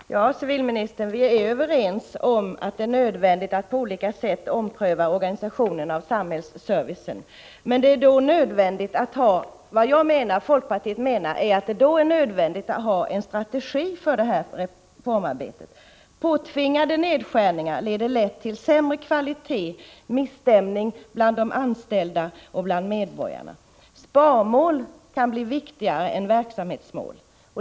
Herr talman! Civilministern och jag är överens om att det är nödvändigt att på olika sätt ompröva organisationen av samhällsservicen. Vad jag och folkpartiet menar är att det då är nödvändigt att ha en strategi för reformarbetet. Påtvingade nedskärningar leder lätt till sämre kvalitet och misstämning bland de anställda och bland medborgarna. Sparmål kan bli viktigare än verksamhetsmål.